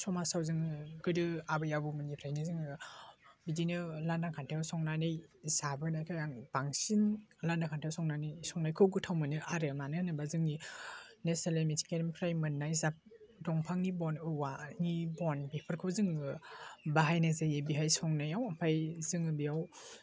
समाजाव जोङो गोदो आबै आबौमोननिफ्रायनो जोङो बिदिनो लान्दा खान्दायाव संनानै जाबोनायखाय आं बांसिन लान्दा खान्दायाव संनानै संनायखौ गोथाव मोनो आरो मानो होनोबा जोंनि नेसारेल मिथिंगायारिनिफ्राय मोन्नाय जाब दंफांनि बन औवानि बन बेफोरखौ जोङो बाहायनाय जायो बेहाय संनायाव ओमफाय जोङो बेव